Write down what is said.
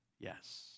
yes